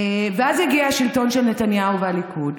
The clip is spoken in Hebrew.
ואז הגיע השלטון של נתניהו והליכוד,